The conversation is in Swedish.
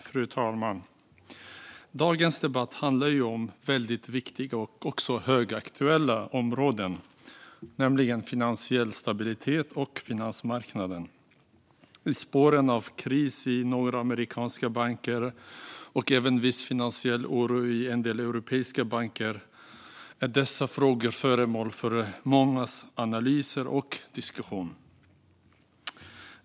Fru talman! Dagens debatt handlar om väldigt viktiga och högaktuella områden, nämligen finansiell stabilitet och finansmarknaden. I spåren av kris i några amerikanska banker och även viss finansiell oro i en del europeiska banker är dessa frågor föremål för mångas analyser och diskussioner.